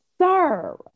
Sir